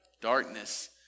Darkness